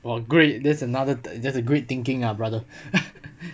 well great that's another that's a great thinking lah brother